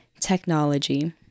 technology